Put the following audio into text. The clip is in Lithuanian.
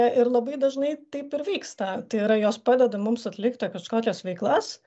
ir labai dažnai taip ir vyksta tai yra jos padeda mums atlikti kažkokias veiklas